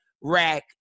Rack